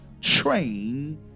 train